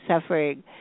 suffering